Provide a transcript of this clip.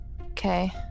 Okay